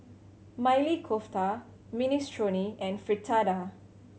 Maili Kofta Minestrone and Fritada